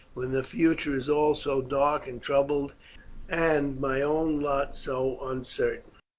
when the future is all so dark and troubled and my own lot so uncertain?